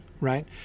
right